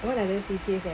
whatever C_C